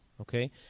Okay